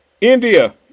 India